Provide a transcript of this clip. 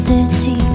City